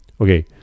okay